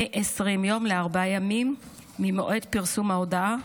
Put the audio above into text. מ-20 יום לארבעה ימים ממועד פרסום ההודעה,